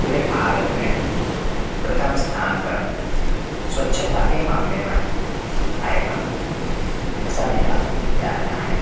पूरे भारत में प्रथम स्थान पर स्वच्छता के मामले में आएगा ऐसा मेरा जानना है